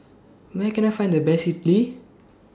Where Can I Find The Best Idili